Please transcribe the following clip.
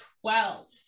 Twelve